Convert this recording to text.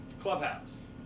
clubhouse